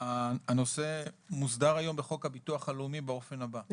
סעיף 326. הנושא מוסדר היום בחוק הביטוח הלאומי באופן הבא,